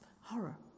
horror